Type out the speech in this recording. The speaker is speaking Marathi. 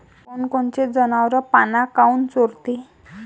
कोनकोनचे जनावरं पाना काऊन चोरते?